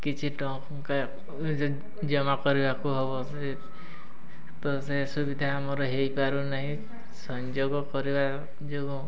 କିଛି ଟଙ୍କା ଜମା କରିବାକୁ ହବ ସେ ତ ସେ ସୁବିଧା ଆମର ହେଇପାରୁନାହିଁ ସଂଯୋଗ କରିବା ଯୋଗୁଁ